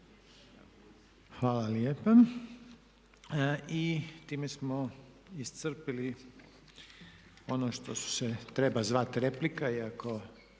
Hvala lijepa. I time smo iscrpili ono što se treba zvati replika, iako